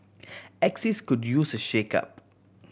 axis could use a shakeup